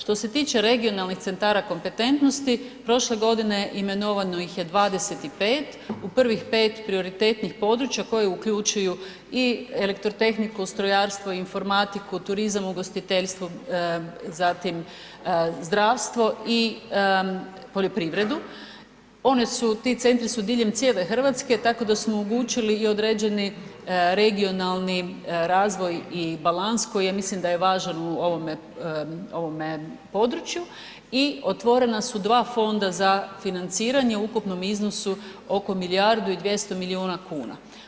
Što se tiče regionalnih centara kompetentnosti, prošle godine imenovano ih je 25, u prvih 5 prioritetnih područja koje uključuju i elektrotehniku, strojarstvo, informatiku, turizam, ugostiteljstvo, zatim zdravstvo i poljoprivredu, one su, ti centri su diljem cijele RH, tako da smo omogućili i određeni regionalni razvoj i balans koji ja mislim da je važan u ovome području i otvorena su dva fonda za financiranje u ukupnom iznosu oko milijardu i 200 milijuna kuna.